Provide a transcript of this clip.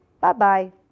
Bye-bye